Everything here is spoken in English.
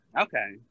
Okay